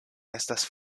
estas